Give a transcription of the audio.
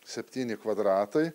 septyni kvadratai